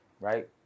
right